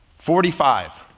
forty five,